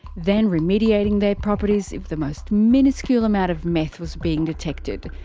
then remediating their properties if the most miniscule amount of meth was being detected,